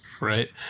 right